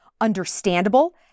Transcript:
understandable